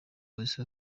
wese